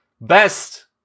Best